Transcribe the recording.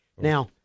Now